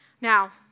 Now